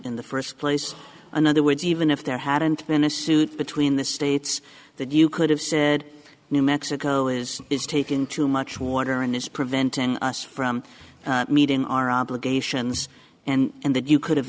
in the first place in other words even if there hadn't been a suit between the states that you could have said new mexico is is taken too much water and it's preventing us from meeting our obligations and that you could have